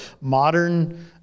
modern